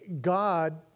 God